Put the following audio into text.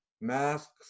masks